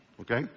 Okay